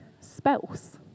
spouse